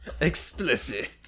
Explicit